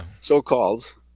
so-called